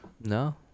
No